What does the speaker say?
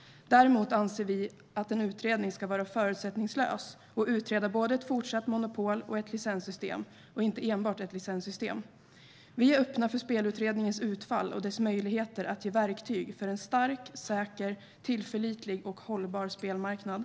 Däremot anser vi att en utredning ska vara förutsättningslös och utreda både ett fortsatt monopol och ett licenssystem, och inte enbart ett licenssystem. Vi är öppna för spelutredningens utfall och dess möjligheter att ge verktyg för en stark, säker, tillförlitlig och hållbar spelmarknad.